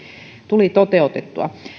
tuli toteutettua